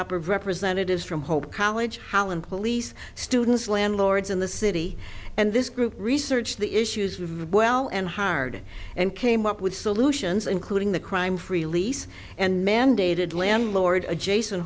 up of representatives from hope college and police students landlords in the city and this group researched the issues we've well and hard and came up with solutions including the crime free lease and mandated landlord adjacent